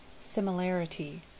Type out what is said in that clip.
similarity